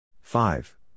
Five